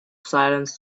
silence